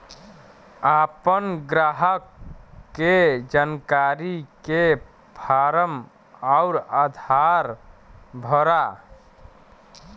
आपन ग्राहक के जानकारी के फारम अउर आधार भरा